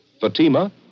Fatima